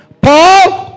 paul